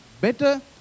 better